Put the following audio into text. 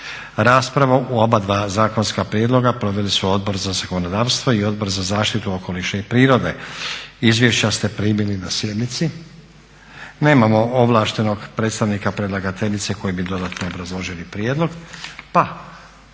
Raspravu o oba dva zakonska prijedloga proveli su Odbor za zakonodavstvo i Odbor za zaštitu okoliša i prirode. Izvješća ste primili na sjednici. Nemamo ovlaštenog predstavnika predlagateljice koji bi dodatno obrazložili prijedlog